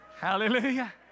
Hallelujah